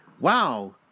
wow